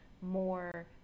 more